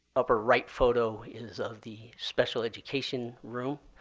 upper right photo is of the special education room.